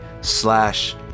slash